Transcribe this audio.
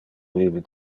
vive